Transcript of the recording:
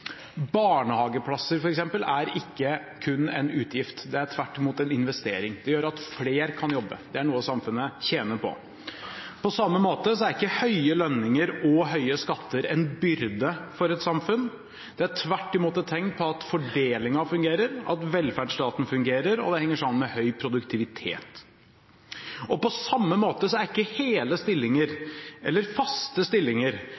Barnehageplasser f.eks. er ikke kun en utgift. Det er tvert imot en investering. Det gjør at flere kan jobbe. Det er noe samfunnet tjener på. På samme måte er ikke høye lønninger og høye skatter en byrde for et samfunn, det er tvert imot et tegn på at fordelingen fungerer, at velferdsstaten fungerer, og det henger sammen med høy produktivitet. På samme måte er ikke hele stillinger